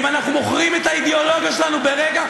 אם אנחנו מוכרים את האידיאולוגיה שלנו ברגע,